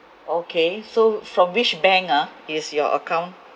okay so from which bank ah is your account